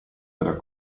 della